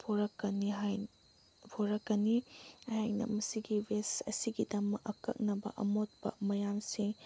ꯄꯨꯔꯛꯀꯅꯤ ꯍꯥꯏꯅ ꯃꯁꯤꯒꯤ ꯋꯦꯁ ꯑꯁꯤꯒꯤꯗꯃꯛ ꯑꯀꯛꯅꯕ ꯑꯃꯣꯠꯄ ꯃꯌꯥꯝꯁꯦ